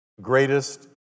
greatest